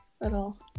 little